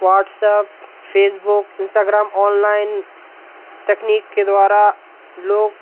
WhatsApp Facebook Instagram online तकनीक के द्वारा लोग